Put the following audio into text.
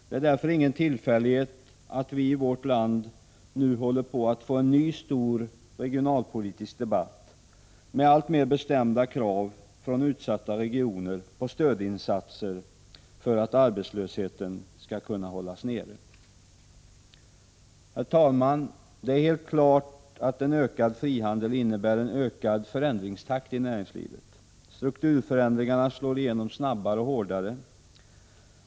Det är därför ingen tillfällighet att vi i vårt land nu håller på att få en ny stor regionalpolitisk debatt, med allt mer bestämda krav från utsatta regioner på stödinsatser för att arbetslösheten skall kunna hållas nere. Herr talman! Det är helt klart att en ökad frihandel innebär en ökad förändringstakt i näringslivet. Strukturförändringarna slår igenom snabbare och hårdare.